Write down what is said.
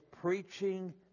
preaching